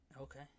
Okay